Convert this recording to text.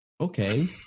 okay